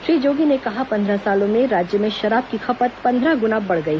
श्री जोगी ने कहा पंद्रह सालों में राज्य में शराब की खपत पंद्रह गुना बढ़ गई